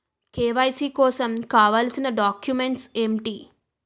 KYC కోసం కావాల్సిన documents ఎంటి?